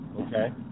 Okay